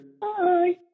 Bye